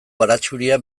baratxuria